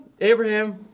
Abraham